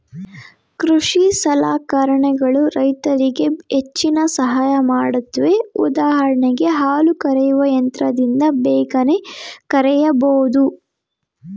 ಕೃಷಿ ಸಲಕರಣೆಗಳು ರೈತರಿಗೆ ಹೆಚ್ಚಿನ ಸಹಾಯ ಮಾಡುತ್ವೆ ಉದಾಹರಣೆಗೆ ಹಾಲು ಕರೆಯುವ ಯಂತ್ರದಿಂದ ಬೇಗನೆ ಕರೆಯಬೋದು